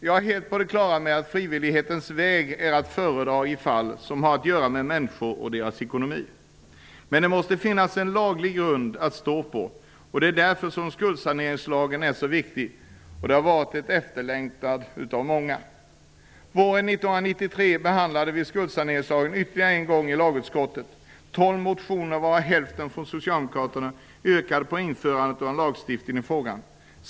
Jag är helt på det klara med att frivillighetens väg är att föredra i fall som har att göra med människor och deras ekonomi. Men det måste finnas en laglig grund att stå på. Det är därför som skuldsaneringslagen är så viktig. Den är efterlängtad av många. Våren 1993 behandlade vi skuldsaneringslagen ytterligare en gång i lagutskottet. I tolv motioner, varav hälften från Socialdemokraterna, yrkade man på ett införande av en lagstiftning i frågan.